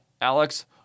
Alex